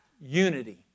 unity